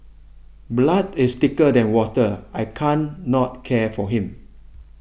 blood is thicker than water I can't not care for him